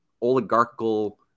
oligarchical